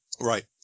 Right